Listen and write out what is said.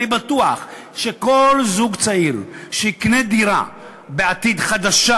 אני בטוח שכל זוג צעיר שיקנה דירה חדשה בעתיד,